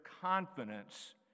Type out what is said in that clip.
confidence